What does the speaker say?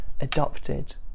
adopted